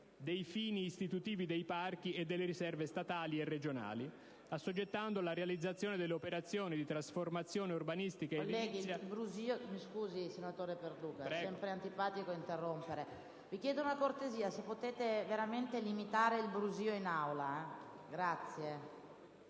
dei fini istitutivi dei parchi e delle riserve statali e regionali, assoggettando la realizzazione delle operazioni di trasformazione urbanistica ed edilizia